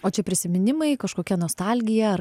o čia prisiminimai kažkokia nostalgija ar